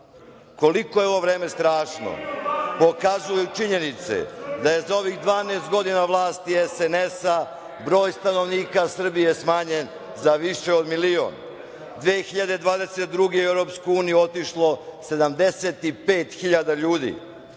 Koliko je ovo vreme strašno, pokazuju činjenice da je za ovih 12 godina vlasti SNS, broj stanovnika Srbije smanjen za više od miliona. Godine 2022. u EU je otišlo 75.000 ljudi,